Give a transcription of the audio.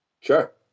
Sure